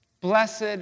Blessed